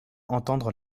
entendre